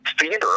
theater